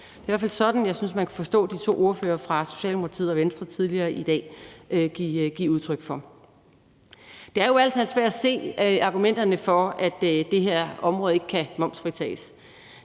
Det var i hvert fald det, jeg kunne forstå de to ordførere fra Socialdemokratiet og Venstre tidligere i dag gav udtryk for. Det er jo ærlig talt svært at se argumenterne for, at det her område ikke kan momsfritages.